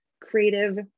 creative